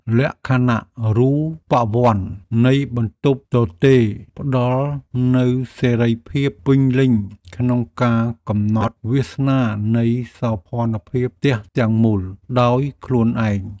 លក្ខណៈរូបវន្តនៃបន្ទប់ទទេរផ្ដល់នូវសេរីភាពពេញលេញក្នុងការកំណត់វាសនានៃសោភ័ណភាពផ្ទះទាំងមូលដោយខ្លួនឯង។